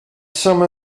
some